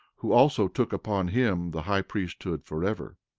who also took upon him the high priesthood forever.